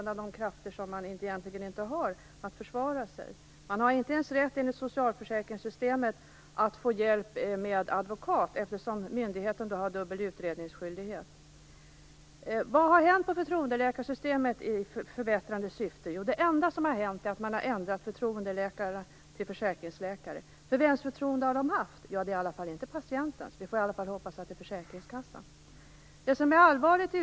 Det var intressant att höra de olika inläggen.